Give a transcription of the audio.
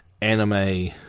anime